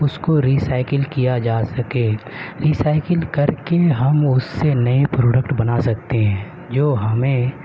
اس کو recycle کیا جا سکے ری سائکل کر کے ہم اس سے نئے پروڈکٹ بنا سکتے ہیں جو ہمیں